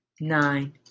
nine